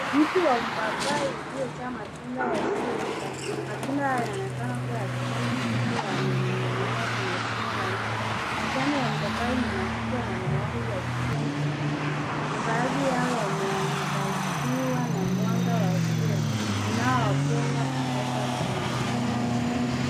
Mti wa mpapai uliojaa matunda yasiyoiva. Matunda haya yanaonekana kuwa ya kijani kibichi yamening'inia kwenye shina la mti. Majani ya mpapai ni makubwa na yenye rangi ya kijani kibichi na baadhi yao yameangaziwa na mwanga wa jua unaopenya kutoka juu.